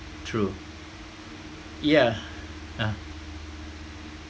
true yeah ya